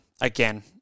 Again